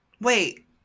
wait